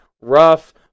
rough